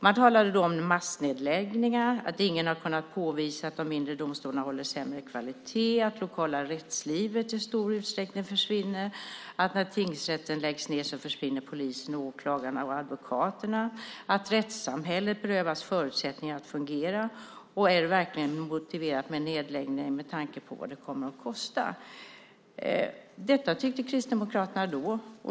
Man talade då om massnedläggningar, att ingen har kunnat påvisa att de mindre domstolarna har sämre kvalitet, att det lokala rättslivet i stor utsträckning försvinner, att polis, åklagare och advokater försvinner när tingsrätterna läggs ned och att rättssamhället berövas förutsättningar att fungera. Man undrade om det verkligen var motiverat med en nedläggning med tanke på vad det skulle komma att kosta. Detta tyckte Kristdemokraterna då.